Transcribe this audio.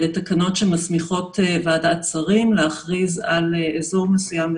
ואלה תקנות שמסמיכות ועדת שרים להכריז על אזור מסוים,